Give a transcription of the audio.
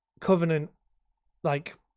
Covenant-like